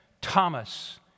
Thomas